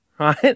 Right